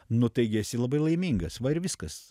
nu taigi esi labai laimingas va ir viskas